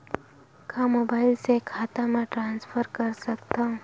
का मोबाइल से खाता म ट्रान्सफर कर सकथव?